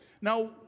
Now